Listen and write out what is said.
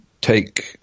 take